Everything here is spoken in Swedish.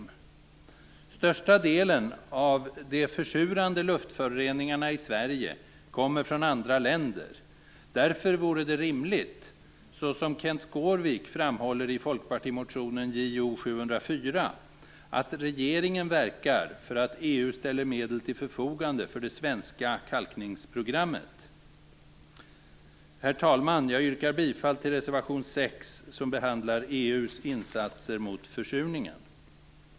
Den största delen av de försurande luftföroreningarna i Sverige kommer från andra länder. Därför vore det, såsom Kenth Skårvik framhåller i Folkpartimotionen Jo704, rimligt att regeringen verkar för att EU ställer medel till förfogande för det svenska kalkningsprogrammet. Herr talman! Jag yrkar bifall till reservation 6, som behandlar EU:s insatser mot försurningen.